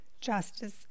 justice